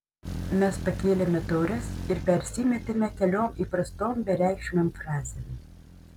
mes pakėlėme taures ir persimetėme keliom įprastom bereikšmėm frazėm